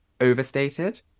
overstated